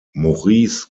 maurice